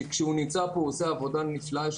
שכשהוא נמצא פה הוא עושה עבודה נפלאה יש